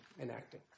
enacting